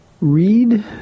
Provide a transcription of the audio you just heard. Read